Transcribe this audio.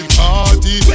party